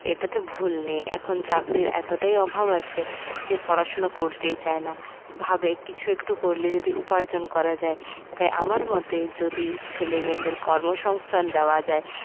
এটাতে ভুল নেই এখন চাকরির এতটাই অভাব আছে কেউ পড়াশোনা করতেই চায় না ভাবে কিছু একটু করলে যদি উপার্জন করা যায় তাই আমার মতে যদি ছেলে মেয়েদের কর্মসংস্থান দেওয়া যায়